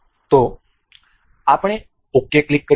તો આપણે ok click કરીશું